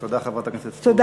תודה, חברת הכנסת סטרוק.